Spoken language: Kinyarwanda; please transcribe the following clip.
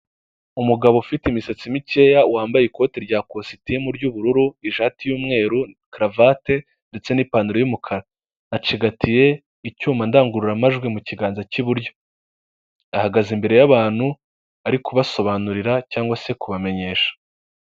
Umugabo ufite imisatsi mikeya wambaye ikoti rya kositimu ry'ubururu, ishati y'umweru, karavate ndetse n'ipantaro y'umukara, acigatiye icyuma ndangururamajwi mu kiganza cy'iburyo, ahagaze imbere y'abantu ari kubasobanurira cyangwa se kubamenyesha.